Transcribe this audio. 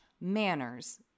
Manners